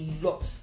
love